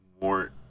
more